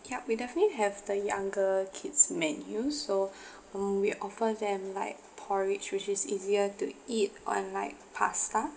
yup we definitely have the younger kid's menu so mm we offer them like porridge which is easier to eat on like pasta